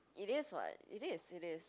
it is [what] it is it is